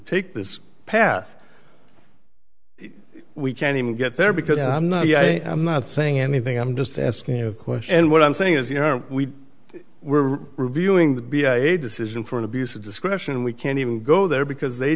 take this path we can't even get there because i'm not saying anything i'm just asking you a question and what i'm saying is you know we were reviewing the b a decision for an abuse of discretion and we can't even go there because they